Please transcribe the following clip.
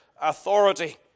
authority